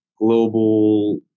global